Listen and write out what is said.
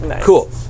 cool